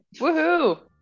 woohoo